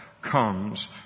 comes